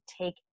take